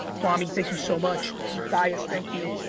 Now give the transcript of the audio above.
kwame, thank you so much. matthias, thank you.